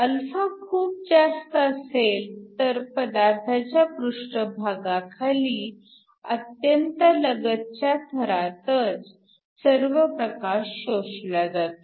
α खूप जास्त असेल तर पदार्थाच्या पृष्ठभागाखाली अत्यंत लगतच्या थरातच सर्व प्रकाश शोषला जातो